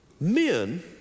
Men